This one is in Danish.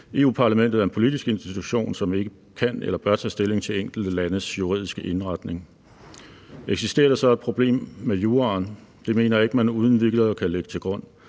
Europa-Parlamentet er en politisk institution, som ikke kan eller bør tage stilling til enkelte landes juridiske indretning. Eksisterer der så et problem med juraen? Det mener jeg ikke man uden videre kan lægge til grund.